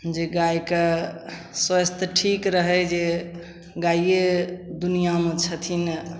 जे गाइके स्वस्थ ठीक रहै जे गाइए दुनिआमे छथिन